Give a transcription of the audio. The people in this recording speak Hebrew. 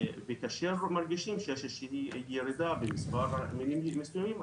וכאשר מרגישים שיש איזושהי ירידה במספר מינים מסוימים,